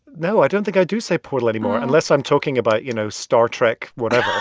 no, i don't think i do say portal anymore unless i'm talking about, you know, star trek whatever